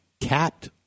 capped